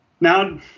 Now